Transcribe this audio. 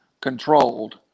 controlled